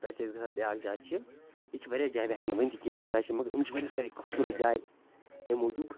پتہِ چھِ أسۍ گژھان بیٛاکھ جاے چھِ یہِ چھِ واریاہ جاے بہٕ ہیٚکہٕ نہٕ ؤنتھٕے یہِ کۭژاہ جاے چھِ مگر یِم چھِ واریاہ سارے خوٗبصوٗرَت جایہِ اَمہِ موجوٗب